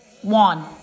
One